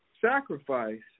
sacrifice